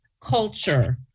culture